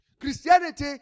Christianity